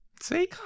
See